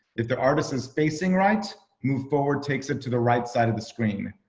if the artist is facing right, move forward takes it to the right side of the screen.